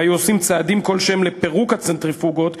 והיו עושים צעדים כלשהם לפירוק הצנטריפוגות,